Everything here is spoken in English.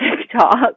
tiktok